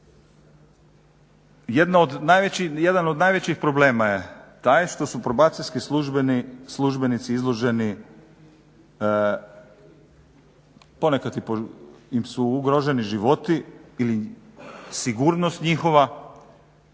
Jedan od najvećih problema je taj što su probacijski službenici izloženi ponekad su im ugroženi životi ili sigurnost njihova